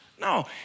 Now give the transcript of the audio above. No